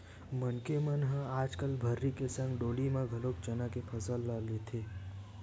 मनखे मन ह आजकल भर्री के संग डोली म घलोक चना के फसल ल लेथे